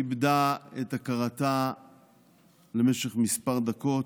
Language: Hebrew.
איבדה את הכרתה למשך כמה דקות.